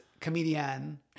comedian